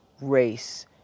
race